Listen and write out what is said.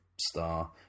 star